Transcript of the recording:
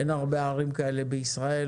אין הרבה ערים כאלה בישראל,